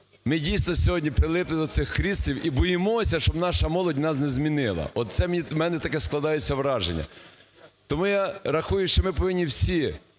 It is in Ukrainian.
ми дійсно сьогодні прилипли до цих крісел і боїмося, щоб наша молодь нас не змінила. От у мене таке складається враження. Тому я рахую, що ми повинні всі